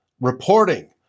reporting